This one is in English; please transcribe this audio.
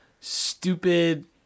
Stupid